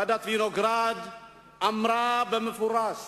ועדת-וינוגרד אמרה במפורש